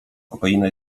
kokaina